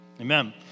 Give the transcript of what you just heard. Amen